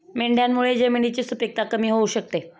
मेंढ्यांमुळे जमिनीची सुपीकता कमी होऊ शकते